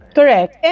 Correct